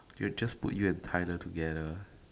we'll just put you and Tyler together